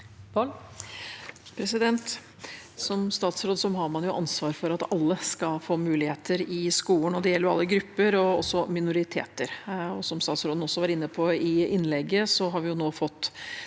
Som statsråd har man ansvar for at alle skal få muligheter i skolen. Det gjelder alle grupper, også minoriteter. Som statsråden også var inne på i innlegget, har vi nå fått